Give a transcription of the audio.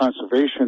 conservation